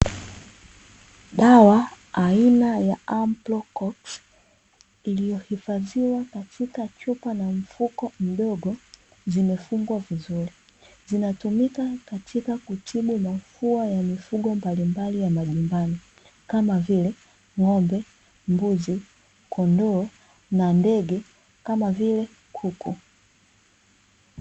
Dawa aina ya "Amprocox" iliyohifadhiwa katika chupa na mfuko mdogo, zimefungwa vizuri, zinatumika katika kutibu mafua ya mifugo mbalimbali ya majumbani kama vile: ng’ombe, mbuzi, kondoo na ndege kama vile kuku.